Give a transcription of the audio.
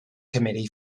committee